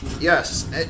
Yes